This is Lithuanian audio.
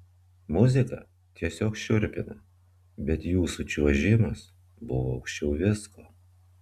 muzika tiesiog šiurpina bet jūsų čiuožimas buvo aukščiau visko